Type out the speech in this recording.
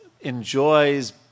enjoys